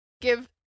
give